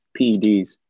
PEDs